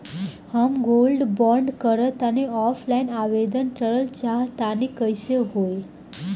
हम gold bond करंति offline आवेदन करल चाह तनि कइसे होई?